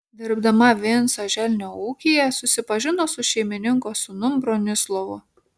dirbdama vinco želnio ūkyje susipažino su šeimininko sūnum bronislovu